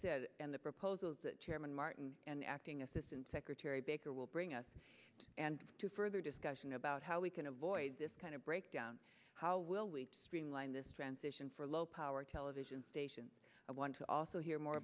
said and the proposals that chairman martin and acting assistant secretary baker will bring us and to further to about how we can avoid this kind of breakdown how will we streamline this transition for low power television stations i want to also hear more